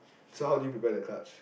so how did you prepare the clutch